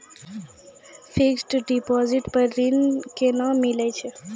Fixed deposit पर ऋण केना मिलै छै?